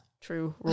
True